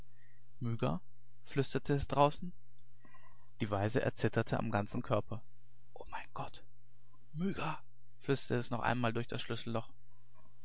flüsterte es draußen die waise erzitterte am ganzen körper o mein gott myga flüsterte es noch einmal durch das schlüsselloch